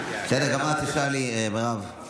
בסדר, גם את תשאלי, מירב.